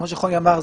כמו שחוני אמר,